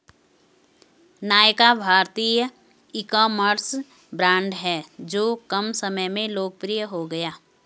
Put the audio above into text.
नायका भारतीय ecommerce brand हैं जो कम समय में लोकप्रिय हो गया